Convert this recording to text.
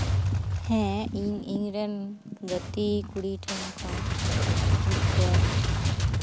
ᱦᱮᱸ ᱤᱧ ᱤᱧᱨᱮᱱ ᱜᱟᱛᱮ ᱠᱩᱲᱤ ᱴᱷᱮᱱ ᱠᱷᱚᱱ ᱢᱤᱫᱴᱮᱱ